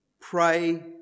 Pray